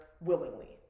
willingly